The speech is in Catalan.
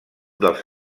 dels